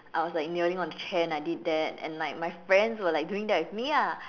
I was like kneeling on the chair and I did that and like my friends were like doing that with me ya